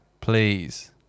please